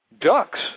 ducks